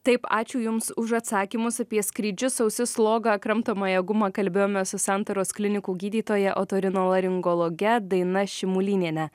taip ačiū jums už atsakymus apie skrydžius ausis slogą kramtomąją gumą kalbėjomės su santaros klinikų gydytoja otorinolaringologe daina šimulyniene